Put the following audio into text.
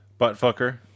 Buttfucker